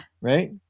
Right